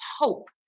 hope